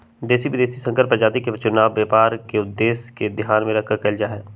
देशी, विदेशी और संकर प्रजाति के चुनाव व्यापार के उद्देश्य के ध्यान में रखकर कइल जाहई